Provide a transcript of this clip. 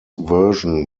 version